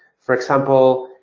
for example,